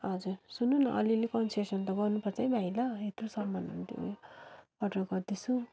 हजुर सुन्नु न अलिअलि कन्सेसन त गर्नुपर्छ है भाइ ल यत्रो सामानहरू उयो अर्डर गर्दैछु